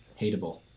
hateable